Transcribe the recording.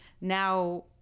now